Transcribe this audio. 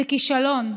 זה כישלון.